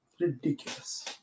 Ridiculous